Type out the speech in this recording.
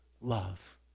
love